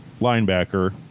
linebacker